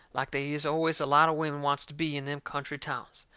like they is always a lot of women wants to be in them country towns.